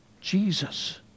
Jesus